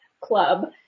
club